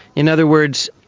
in other words,